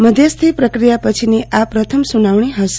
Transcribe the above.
મધ્યસ્થી પકિયા પછીની આ પ્રથમ સુનવણી હશે